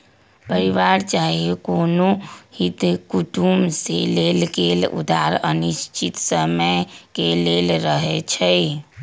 परिवार चाहे कोनो हित कुटुम से लेल गेल उधार अनिश्चित समय के लेल रहै छइ